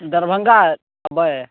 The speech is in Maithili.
दरभङ्गा अयबै